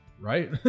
Right